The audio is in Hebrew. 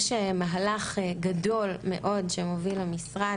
יש מהלך גדול מאוד שמוביל המשרד,